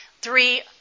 three